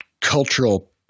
cultural